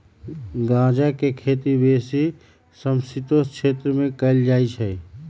गञजा के खेती बेशी समशीतोष्ण क्षेत्र में कएल जाइ छइ